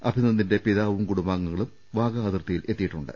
അഭി നന്ദിന്റെ പിതാവും കുടുംബാഗങ്ങളും വാഗാ അതിർത്തിയിൽ എത്തി യിട്ടുണ്ട്